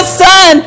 son